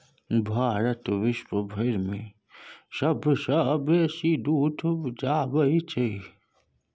भारत विश्वभरि मे सबसँ बेसी दूध उपजाबै छै